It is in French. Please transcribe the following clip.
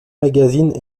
magazines